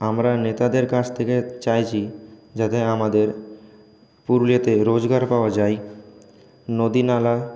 আমরা নেতাদের কাছ থেকে চাইছি যাতে আমাদের পুরুলিয়াতে রোজগার পাওয়া যায় নদী নালা